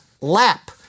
lap